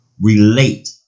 relate